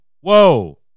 whoa